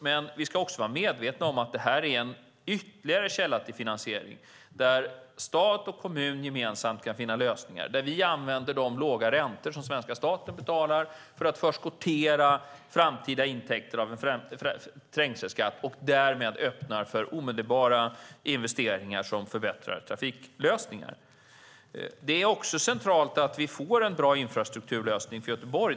Men vi ska också vara medvetna om att det är en ytterligare källa till finansiering där stat och kommun gemensamt kan finna lösningar och där vi använder de låga räntor som svenska staten betalar för att förskottera framtida intäkter av en trängselskatt och därmed öppnar för omedelbara investeringar som förbättrar trafiklösningar. Det är också centralt att vi får en bra infrastrukturlösning för Göteborg.